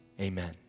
amen